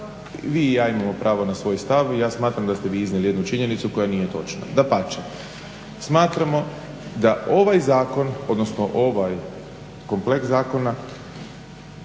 vi i ja imamo pravo na svoj stav i ja smatram da ste vi iznijeli jednu činjenicu koja nije točna. Dapače, smatramo da ovaj zakon odnosno ovaj komplet zakona